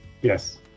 Yes